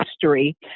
history